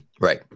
right